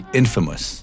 infamous